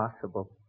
possible